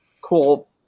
cool